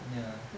ya